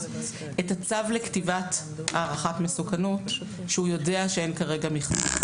את הצו לכתיבת הערכת מסוכנות שהוא יודע שאין כרגע מכסה,